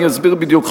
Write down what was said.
אני אסביר בדיוק,